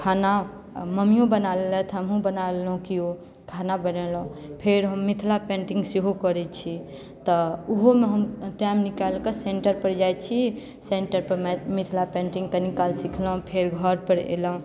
खाना मम्मियो बना लेलथि हमहुँ बना लेलहुँ कियो खाना बनेलहुँ फेर हम मिथिला पेंटिंग सेहो करैत छी तऽ ओहोमे हम टाइम निकालि कऽ सेन्टरपर जाइत छी सेन्टरपर मिथिला पेंटिंग कनी काल सिखलहुँ फेर घरपर एलहुँ